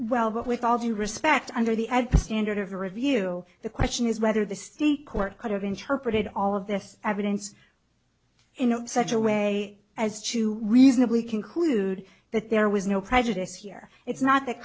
well but with all due respect under the at the standard of review the question is whether the state court could have interpreted all of this evidence in such a way as to reasonably conclude that there was no prejudice here it's not th